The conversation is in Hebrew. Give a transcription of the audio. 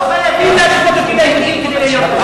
חייבים להשוות אותי ליהודים כדי להיות טוב.